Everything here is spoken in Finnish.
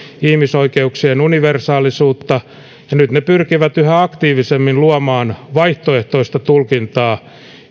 ihmisoikeuksien universaalisuutta ja nyt ne pyrkivät yhä aktiivisemmin luomaan vaihtoehtoista tulkintaa